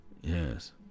Yes